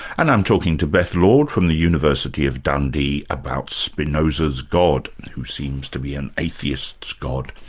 and i'm talking to beth lord from the university of dundee about spinoza's god, who seems to be an atheist's god.